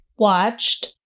watched